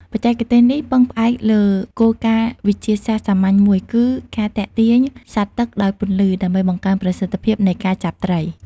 បច្ចេកទេសនេះពឹងផ្អែកលើគោលការណ៍វិទ្យាសាស្ត្រសាមញ្ញមួយ គឺការទាក់ទាញសត្វទឹកដោយពន្លឺ ដើម្បីបង្កើនប្រសិទ្ធភាពនៃការចាប់ត្រី។